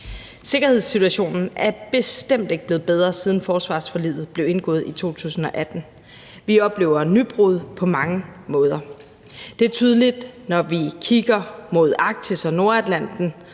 Sikkerhedssituationen er bestemt ikke blevet bedre, siden forsvarsforliget blev indgået i 2018. Vi oplever nybrud på mange måder. Det er tydeligt, når vi kigger mod Arktis og Nordatlanten,